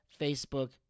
Facebook